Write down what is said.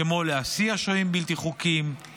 כמו להסיע שוהים בלתי חוקיים,